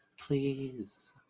please